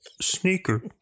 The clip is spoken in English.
sneaker